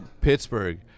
Pittsburgh